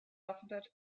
alphabet